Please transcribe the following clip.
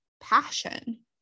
passion